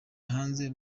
hanze